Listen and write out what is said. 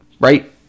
right